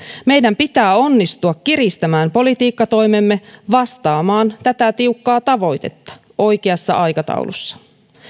meidän pitää onnistua kiristämään politiikkatoimemme vastaamaan tätä tiukkaa tavoitetta oikeassa aikataulussa